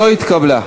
נתקבלה.